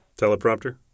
Teleprompter